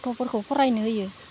गथ'फोरखौ फरायनो होयो